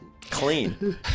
Clean